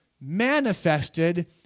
manifested